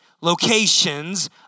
locations